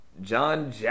John